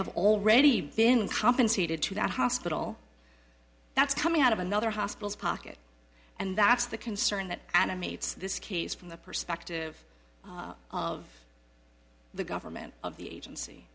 have already been compensated to that hospital that's coming out of another hospital pocket and that's the concern that animates this case from the perspective of the government of the agency